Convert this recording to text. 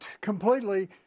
completely